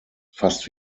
fast